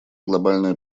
глобальное